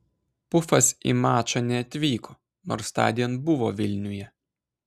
pufas į mačą neatvyko nors tądien buvo vilniuje